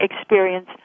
experience